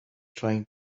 trying